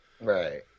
Right